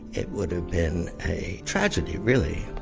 it would have been a tragedy, really.